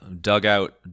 dugout